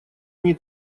они